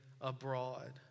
abroad